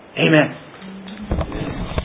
Amen